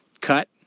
cut